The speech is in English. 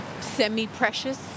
semi-precious